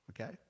okay